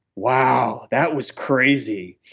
wow that was crazy.